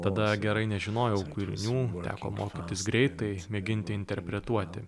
tada gerai nežinojau kūrinių teko mokytis greitai mėginti interpretuoti